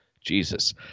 Jesus